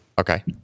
Okay